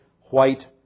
White